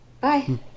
Bye